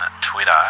Twitter